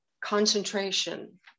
concentration